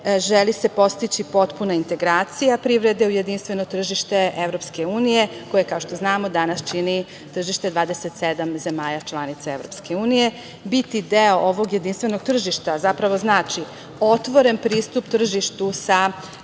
želi se postići potpuna integracija privrede u jedinstveno tržište EU koje, kao što znamo, danas čini tržište 27 zemalja članica EU. Biti deo ovog jedinstvenog tržišta zapravo znači otvoren pristup tržištu sa